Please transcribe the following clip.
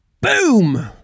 Boom